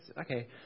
okay